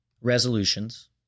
resolutions